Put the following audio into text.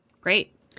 great